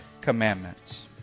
commandments